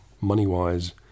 money-wise